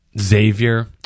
Xavier